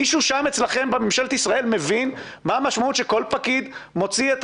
מישהו שם אצלכם בממשלת ישראל מבין מה המשמעות שכל פקיד מוציא את